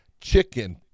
Chicken